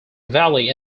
valley